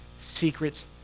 secrets